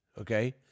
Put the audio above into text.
okay